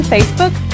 Facebook